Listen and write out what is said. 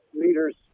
leaders